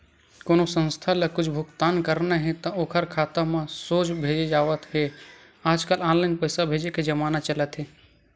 कोनो संस्था ल कुछ भुगतान करना हे त ओखर खाता म सोझ भेजे जावत हे आजकल ऑनलाईन पइसा भेजे के जमाना चलत हे